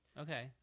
Okay